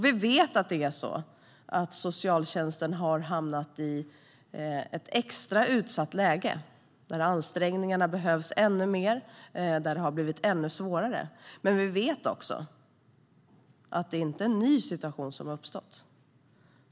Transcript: Vi vet att socialtjänsten har hamnat i ett extra utsatt läge när ansträngningarna behövs ännu mer, där det har blivit svårare. Men det är inte en ny situation som har uppstått.